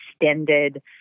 extended